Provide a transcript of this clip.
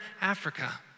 Africa